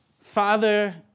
Father